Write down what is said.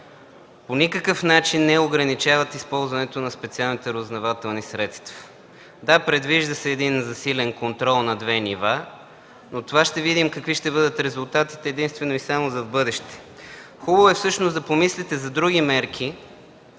по никакъв начин не ограничават използването на специалните разузнавателни средства. Да, предвижда се един засилен контрол на две нива, но ще видим какви ще бъдат резултатите от това единствено и само в бъдеще. Хубаво е всъщност да помислите за други мерки,